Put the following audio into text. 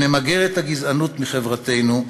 שנמגר את הגזענות מחברתנו,